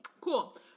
Cool